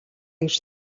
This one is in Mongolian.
гэж